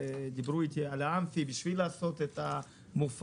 ודיברו איתי על האמפי בשביל לעשות איתי את המופעים.